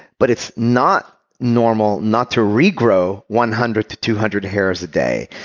but it's not normal not to regrow one hundred to two hundred hairs a day.